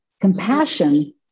Compassion